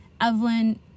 Evelyn